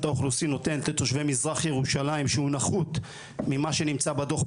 האוכלוסין נותנת לתושבי מזרח ירושלים שהוא נחות ממה שנמצא בדו"ח,